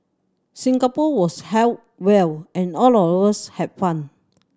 Singapore was held well and all of us have fun